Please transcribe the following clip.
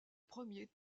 premier